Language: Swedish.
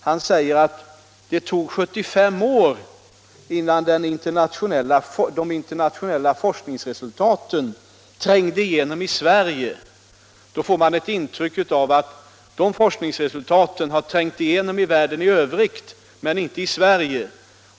Han sade att det tog 75 år innan de internationella forskningsresultaten trängde igenom i Sverige. Man får ett intryck av att dessa forskningsresultat har trängt igenom i världen i övrigt, men inte i Sverige.